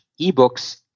ebooks